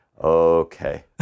okay